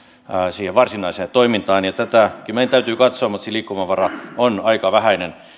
siihen varsinaiseen toimintaan tätäkin meidän täytyy katsoa mutta se liikkumavara on aika vähäinen